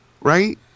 right